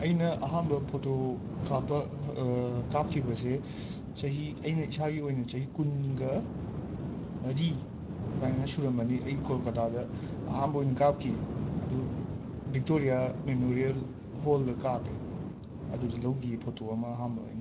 ꯑꯩꯅ ꯑꯍꯥꯝꯕ ꯐꯣꯇꯣ ꯀꯥꯞꯄ ꯀꯥꯞꯈꯤꯕꯁꯦ ꯆꯍꯤ ꯑꯩꯅ ꯏꯁꯥꯒꯤ ꯑꯣꯏꯅ ꯆꯍꯤ ꯀꯨꯟꯒ ꯃꯔꯤ ꯑꯗꯨꯃꯥꯏꯅꯒ ꯁꯨꯔꯝꯃꯅꯤ ꯑꯩ ꯀꯣꯜꯀꯇꯥꯗ ꯑꯍꯥꯝꯕ ꯑꯣꯏꯅ ꯀꯥꯞꯈꯤ ꯑꯗꯨ ꯕꯤꯛꯇꯣꯔꯤꯌꯥ ꯃꯦꯃꯣꯔꯤꯌꯦꯜ ꯍꯣꯜꯗ ꯀꯥꯄꯦ ꯑꯗꯨꯗ ꯂꯧꯘꯤꯌꯦ ꯐꯣꯇꯣ ꯑꯃ ꯑꯍꯥꯝꯕ ꯑꯣꯏꯅ